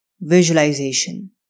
visualization